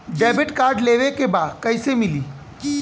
Debit card लेवे के बा कईसे मिली?